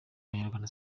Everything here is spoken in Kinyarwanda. abanyarwanda